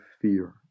fear